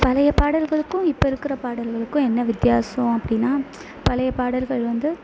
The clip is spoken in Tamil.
பழைய பாடல்களுக்கும் இப்போ இருக்கிற பாடல்களுக்கும் என்ன வித்தியாசம் அப்படினா பழைய பாடல்கள் வந்து